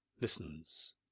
listens